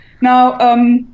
Now